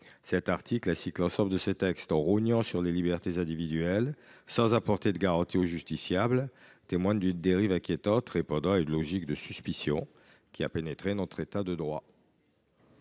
de la proposition de loi, en rognant sur les libertés individuelles, sans apporter de garanties aux justiciables, témoigne d’une dérive inquiétante en écho à une logique de suspicion qui a pénétré notre État de droit.